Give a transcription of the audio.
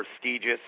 prestigious